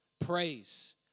Praise